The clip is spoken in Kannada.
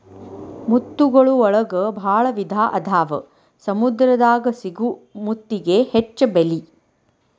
ಮುತ್ತುಗಳ ಒಳಗು ಭಾಳ ವಿಧಾ ಅದಾವ ಸಮುದ್ರ ದಾಗ ಸಿಗು ಮುತ್ತಿಗೆ ಹೆಚ್ಚ ಬೆಲಿ